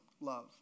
love